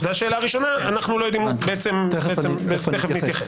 אנחנו לא יודעים בעצם תכף נתייחס.